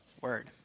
Word